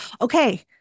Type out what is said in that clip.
okay